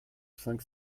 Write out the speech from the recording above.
cinq